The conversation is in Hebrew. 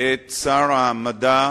את שר המדע,